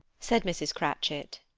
said mrs. cratchit.